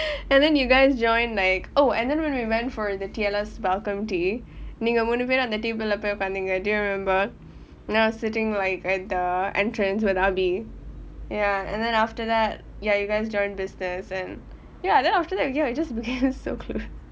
and then you guys joined like oh and then when we went for the T_L_S welcome tea நீங்க மூன்று பேரும் அந்த:ninga moondru paerum antha table லே போய் உட்கார்ந்திங்க:le poi utkaarnthinga do you remember and I was sitting like at the entrance with abi ya and then after that ya you guys join business and ya then after that ya we just became so close